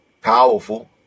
Powerful